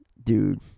Dude